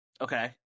Okay